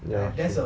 ya true